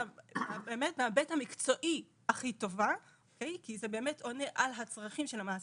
אלא באמת הכי טובה בהיבט המקצועי שבאמת עונה על הצרכים של המעסיק,